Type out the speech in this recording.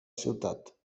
ciutat